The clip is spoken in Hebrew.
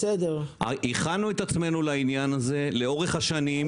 הכנו את עצמנו לעניין הזה לאורך השנים.